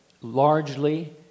largely